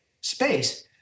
space